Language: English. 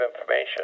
information